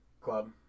club